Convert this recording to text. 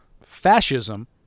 fascism